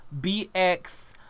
BX